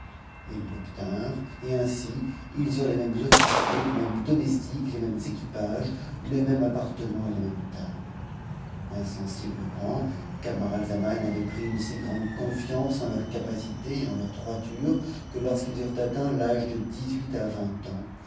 ils l'oblinrent ei ainsi ils eurent les mêmes officiers les mêmes domestiques les mêmes équipages le même appartement et la même table insensiblement camaralzaman avait pris une si grande confiance en leur capacité et en em droiture que lorsqu'ils eurent atteint l'âge de dix-huit à vingt ans